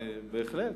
בהחלט.